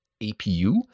APU